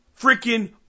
freaking